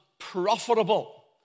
profitable